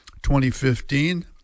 2015